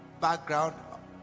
background